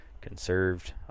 conserved